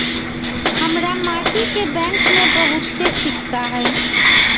हमरा माटि के बैंक में बहुते सिक्का हई